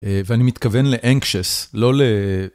ואני מתכוון ל-anxious , לא ל...